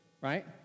right